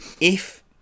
If-